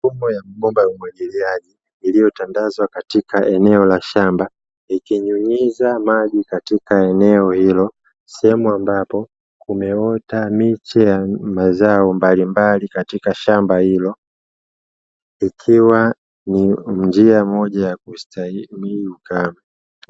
Mfumo wa mabomba ya umwagiliaji uliotandazwa eneo la shamba, ikinyunyiza maji katika eneo hilo. Sehemu ambapo kumeota miche ya mazao mbalimbali katika shamba hilo, ikiwa ni njia moja ya kustahimili ukavu.